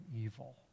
evil